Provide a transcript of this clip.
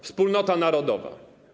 Wspólnota narodowa.